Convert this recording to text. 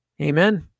Amen